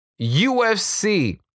UFC